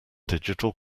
digital